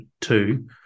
two